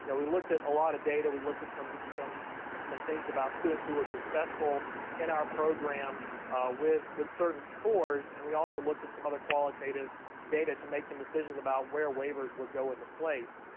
and we looked at a lot of data. we looked at some some things about students who were successful in our program with with certain scores. and we also looked at some other qualitative data to make some decisions about where waivers would go into place.